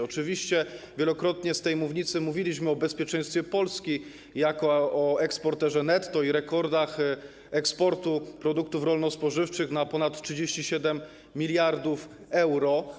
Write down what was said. Oczywiście wielokrotnie z tej mównicy mówiliśmy o bezpieczeństwie Polski jako o eksporterze netto i o rekordach eksportu produktów rolno-spożywczych na ponad 37 mld euro.